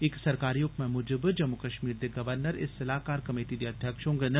इस सरकारी हुकमै मुजब जम्मू कश्मीर दे गवर्नर इस सलाहकार कमेटी दे अध्यक्ष होंडन